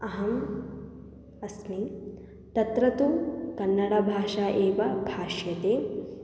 अहम् अस्मि तत्र तु कन्नडभाषा एव भाष्यते